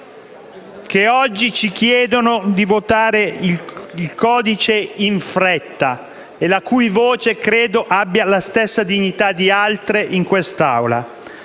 che oggi ci chiedono di votare il codice in fretta e la cui voce credo abbia la stessa dignità di altre in quest'Aula.